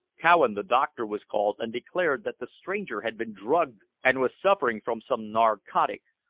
cowan, the doctor, was called, and declared that the stranger had been drugged and was suffering from some narcotic.